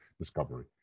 Discovery